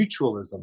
mutualism